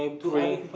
bring